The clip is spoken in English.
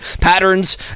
patterns